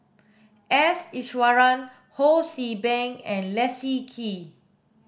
S Iswaran Ho See Beng and Leslie Kee